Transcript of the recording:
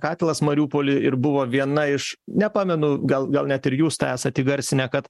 katilas mariupoly ir buvo viena iš nepamenu gal gal net ir jūs tą esat įgarsinę kad